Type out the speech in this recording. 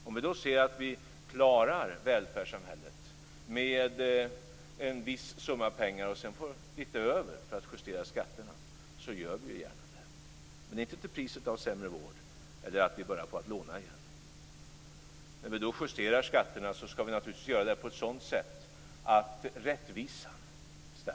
Om vi ser att vi klarar välfärdssamhället med en viss summa pengar och sedan får lite över för att justera skatterna, gör vi gärna det, men inte till priset av sämre vård eller att vi måste börja låna igen. När vi justerar skatterna skall vi naturligtvis göra det på ett sådant sätt att rättvisan stärks.